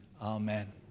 Amen